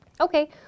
Okay